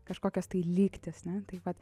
kažkokios tai lygtys ne tai vat